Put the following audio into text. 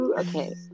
Okay